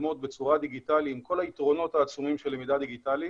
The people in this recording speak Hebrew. ללמוד בצורה דיגיטלית עם כל היתרונות העצומים של למידה דיגיטלית.